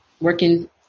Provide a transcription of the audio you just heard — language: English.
working